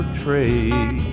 trade